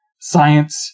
science